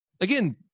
again